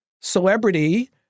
celebrity